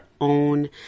own